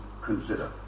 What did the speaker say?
consider